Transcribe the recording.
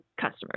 customers